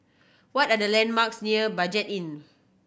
what are the landmarks near Budget Inn